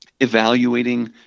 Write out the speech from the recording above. evaluating